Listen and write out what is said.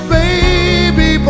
baby